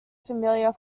familiar